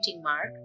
Mark